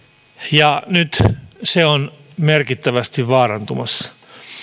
ja nyt se on merkittävästi vaarantumassa